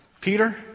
Peter